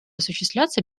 осуществляться